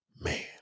man